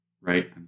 right